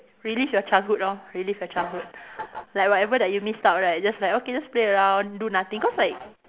relive your childhood lor relive your childhood like whatever that you missed out right just like okay just play around do nothing cause like